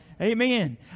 Amen